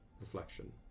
reflection